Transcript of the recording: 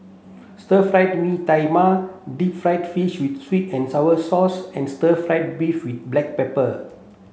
Stir Fry Mee Tai Mak deep fried fish with sweet and sour sauce and stir fry beef with black pepper